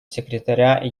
секретаря